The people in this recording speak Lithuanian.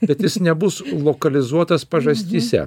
bet jis nebus lokalizuotas pažastyse